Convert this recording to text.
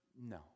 No